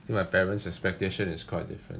think my parents' expectation is quite different